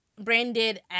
Branded